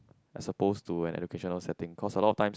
as supposed to an educational setting because a lot of times